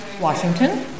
Washington